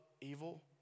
evil